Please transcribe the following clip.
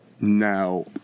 Now